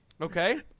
Okay